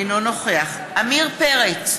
אינו נוכח עמיר פרץ,